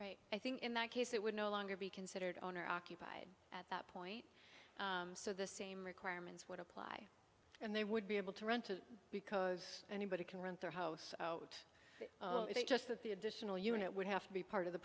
it i think in that case it would no longer be considered owner occupied at that point so the same requirements would apply and they would be able to rent to because anybody can rent their house out just that the additional unit would have to be part of the